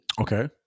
Okay